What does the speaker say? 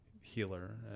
healer